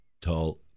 tall